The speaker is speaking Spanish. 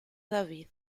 david